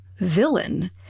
villain